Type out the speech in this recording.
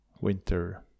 winter